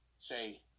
Say